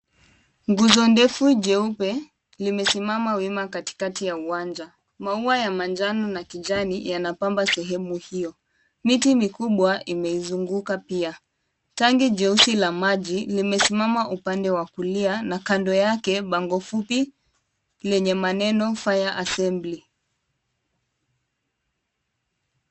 Nguzo ndefu jeupe limesimama wima katikati ya uwanja. Maua ya manjano na kijani yanapamba sehemu hiyo. Miti mikubwa imeizunguka pia. Tanki jeusi la maji limesimama upande wa kulia na kando yake bango fupi lenye maana (cs) fire assembly(cs).